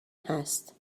هست